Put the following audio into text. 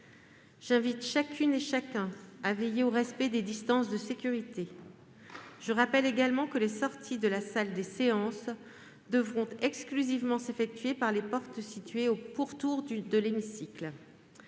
J'invite chacune et chacun à veiller au respect des distances de sécurité. Je rappelle également que les sorties de la salle des séances devront exclusivement s'effectuer par les portes situées au pourtour de l'hémicycle.